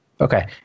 okay